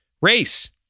race